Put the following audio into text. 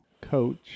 coach